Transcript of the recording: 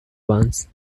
ones